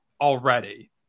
already